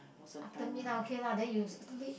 after midnight okay lah then you sleep